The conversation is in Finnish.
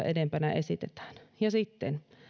edempänä esitetään ja sitten